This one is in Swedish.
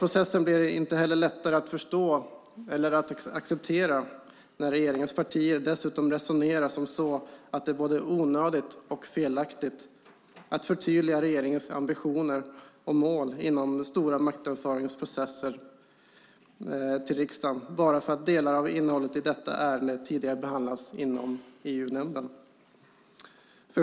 Processen blir heller inte lättare att förstå eller acceptera när regeringens partier dessutom resonerar som så att det är både onödigt och felaktigt att förtydliga regeringens ambitioner och mål inom de stora maktöverföringsprocesser till riksdagen, bara för att delar av innehållet i detta ärende tidigare behandlats inom EU-nämnden.